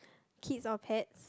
kids or pets